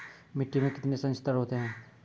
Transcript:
मिट्टी के कितने संस्तर होते हैं?